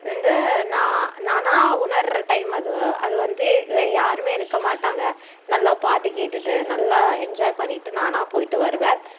வந்து நான் நானாக உணர்கிற டைம் அது அது வந்து வேறு யாருமே இருக்கமாட்டாங்க நல்லா பாட்டு கேட்டுகிட்டு நல்லா என்ஜாய் பண்ணிகிட்டு நானாக போய்விட்டு வருவேன்